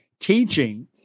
teaching